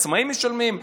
עצמאים משלמים,